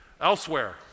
Elsewhere